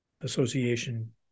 association